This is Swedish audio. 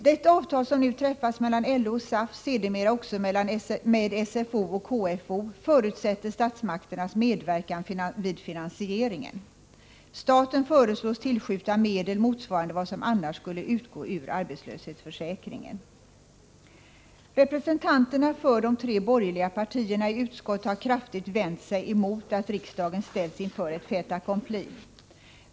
Det avtal som nu träffats mellan LO och SAF — sedermera också med SFO och KFO -— förutsätter statsmakternas medverkan vid finansieringen. Staten föreslås tillskjuta medel motsvarande vad som annars skulle utgå ur arbetslöshetsförsäkringen. Representanterna för de tre borgerliga partierna i utskottet har kraftigt vänt sig emot att riksdagen ställs inför ett fait accompli.